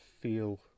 feel